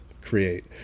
create